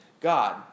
God